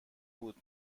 بود